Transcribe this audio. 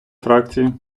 фракції